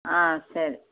ஆ சரி